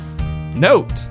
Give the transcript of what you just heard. note